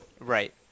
Right